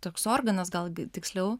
toks organas gal tiksliau